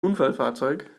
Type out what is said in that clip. unfallfahrzeug